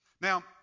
Now